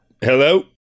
hello